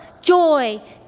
joy